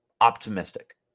optimistic